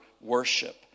worship